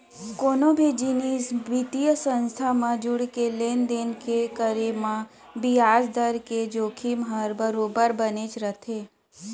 कोनो भी निजी बित्तीय संस्था म जुड़के लेन देन के करे म बियाज दर के जोखिम ह बरोबर बनेच रथे